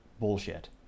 bullshit